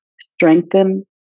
strengthen